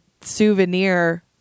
souvenir